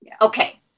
Okay